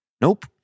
Nope